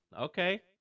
Okay